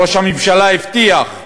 ראש הממשלה הבטיח,